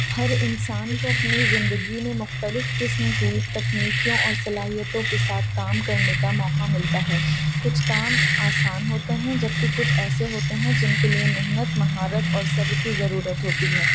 ہر انسان کو اپنی زندگی میں مختلف قسم کی تکنیکیوں اور صلاحیتوں کے ساتھ کام کرنے کا موقع ملتا ہے کچھ کام آسان ہوتے ہیں جبکہ کچھ ایسے ہوتے ہیں جن کے لیے محنت مہارت اور صبر کی ضرورت ہوتی ہے